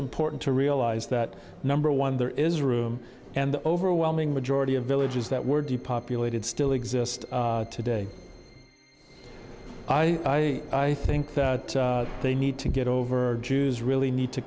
important to realize that number one there is room and the overwhelming majority of villages that were depopulated still exist today i i think that they need to get over jews really need to